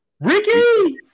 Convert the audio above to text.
Ricky